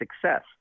success